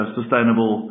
sustainable